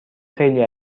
خیلی